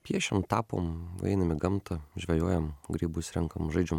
piešiam tapom einam į gamtą žvejojam grybus renkam žaidžiam